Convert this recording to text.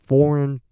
Foreign